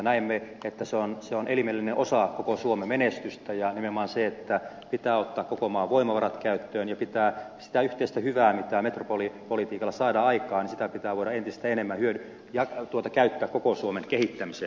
näimme että se on elimellinen osa koko suomen menestystä ja että pitää nimenomaan ottaa koko maan voimavarat käyttöön ja pitää voida sitä yhteistä hyvää mitä metropolipolitiikalla saadaan aikaan entistä enemmän käyttää koko suomen kehittämiseen